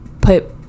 put